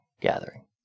gathering